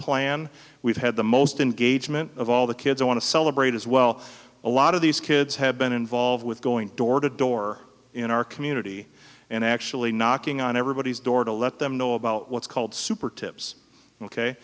plan we've had the most in gauge men of all the kids i want to celebrate as well a lot of these kids have been involved with going door to door in our community and actually knocking on everybody's door to let them know about what's called super tips ok